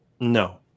no